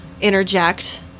interject